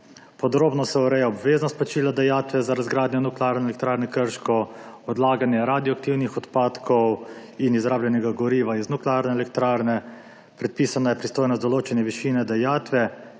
Podrobno se ureja obveznost plačila dajatve za razgradnjo Nuklearne elektrarne Krško, odlaganje radioaktivnih odpadkov in izrabljenega goriva iz nuklearne elektrarne, predpisana je pristojnost določene višine dajatve,